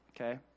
okay